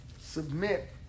submit